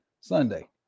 Sunday